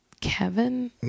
Kevin